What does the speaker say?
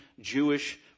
Jewish